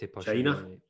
China